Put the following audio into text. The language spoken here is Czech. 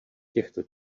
těchto